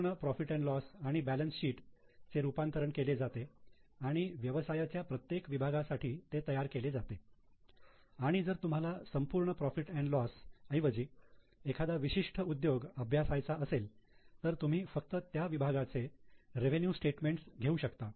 संपूर्ण profit and loss profit loss आणि balance sheet चे रूपांतरण केले जाते आणि व्यवसायाच्या प्रत्येक विभागांसाठी ते तयार केले जाते आणि जर तुम्हाला संपूर्ण profit and loss profit loss ऐवजी एखादा विशिष्ट उद्योग अभ्यासायचा असेल तर तुम्ही फक्त त्या विभागाचे रेवेन्यू स्टेटमेंट घेऊ शकता